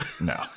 no